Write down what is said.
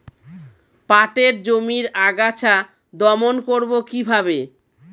পাটের জমির আগাছা দমন করবো কিভাবে?